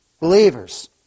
believers